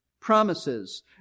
promises